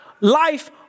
life